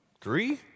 three